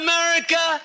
America